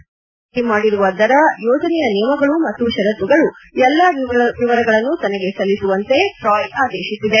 ಬಳಕೆದಾರರಿಗೆ ನಿಗದಿ ಮಾಡಿರುವ ದರ ಯೋಜನೆಯ ನಿಯಮಗಳು ಮತ್ತು ಷರತ್ತುಗಳ ಎಲ್ಲ ವಿವರಗಳನ್ನು ತನಗೆ ಸಲ್ಲಿಸುವಂತೆ ಟ್ರಾಯ್ ಆದೇಶಿಸಿದೆ